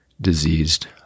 diseased